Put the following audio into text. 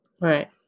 Right